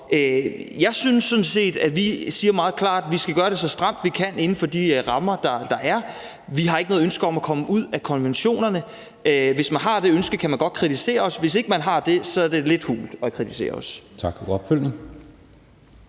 set, at vi siger meget klart, at vi gør det så stramt, vi kan inden for de rammer, der er. Vi har ikke noget ønske om at træde ud af konventionerne. Hvis man har det ønske, kan man godt kritisere os. Hvis ikke man har det, er det lidt hult at kritisere os. Kl.